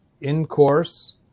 in-course